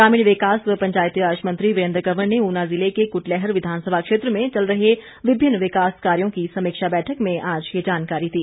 ग्रामीण विकास व पंचायतीराज मंत्री वीरेन्द्र कंवर ने ऊना ज़िले के कुटलैहड़ विधानसभा क्षेत्र में चल रहे विभिन्न विकास कार्यो की समीक्षा बैठक में आज ये जानकारी दी